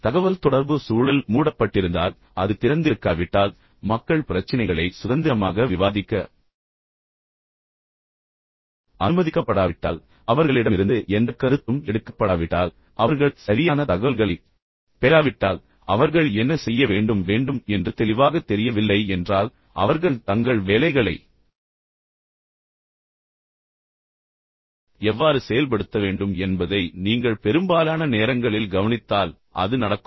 எனவே தகவல்தொடர்பு சூழல் மூடப்பட்டிருந்தால் அது திறந்திருக்காவிட்டால் மக்கள் பிரச்சினைகளை சுதந்திரமாக விவாதிக்க அனுமதிக்கப்படாவிட்டால் அவர்களிடமிருந்து எந்த கருத்தும் எடுக்கப்படாவிட்டால் அவர்கள் சரியான தகவல்களைப் பெறாவிட்டால் அவர்கள் என்ன செய்ய வேண்டும் என்று தெளிவாகத் தெரியவில்லை என்றால் அவர்கள் தங்கள் வேலைகளை எவ்வாறு செயல்படுத்த வேண்டும் என்பதை நீங்கள் பெரும்பாலான நேரங்களில் கவனித்தால் அது நடக்கும்